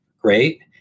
Great